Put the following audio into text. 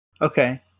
Okay